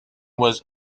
was